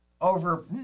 over